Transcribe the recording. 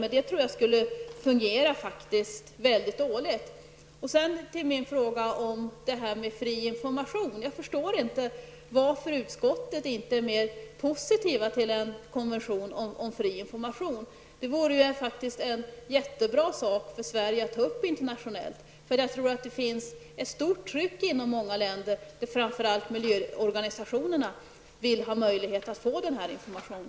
Men jag tror att det skulle fungera mycket dåligt. Sedan vill jag åter ta upp min fråga om fri information. Jag förstår inte varför utskottet inte är mer positivt till en konvention om fri information. Det vore faktiskt något jättebra för Sverige att ta upp internationellt. Jag tror nämligen att det finns ett stort tryck inom många länder, där framför allt miljöorganisationerna vill ha möjlighet att få denna information.